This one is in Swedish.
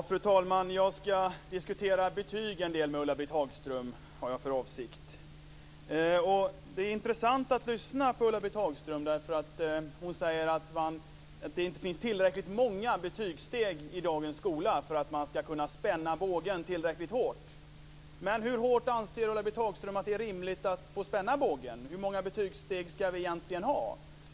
Fru talman! Jag har för avsikt att diskutera betyg med Ulla-Britt Hagström. Det är intressant att lyssna på Ulla-Britt Hagström när hon säger att det i dagens skola inte finns tillräckligt många betygssteg för att man ska kunna spänna bågen tillräckligt hårt. Hur hårt anser Ulla-Britt Hagström att det är rimligt att få spänna bågen? Hur många betygssteg ska vi egentligen ha?